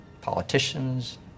politicians